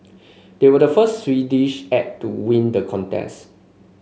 they were the first Swedish act to win the contest